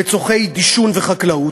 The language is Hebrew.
לצורכי דישון וחקלאות.